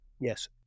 Yes